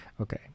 Okay